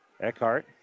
Eckhart